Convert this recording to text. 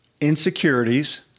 insecurities